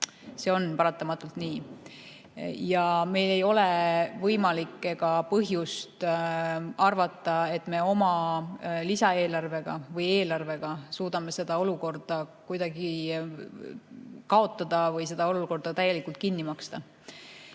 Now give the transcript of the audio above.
See on paratamatult nii ja meil ei ole võimalik arvata, et me oma lisaeelarvega või eelarvega suudame seda olukorda kuidagi likvideerida või kõike täielikult kinni maksta.